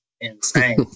insane